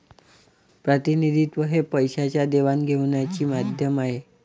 प्रतिनिधित्व हे पैशाच्या देवाणघेवाणीचे माध्यम आहे